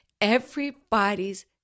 everybody's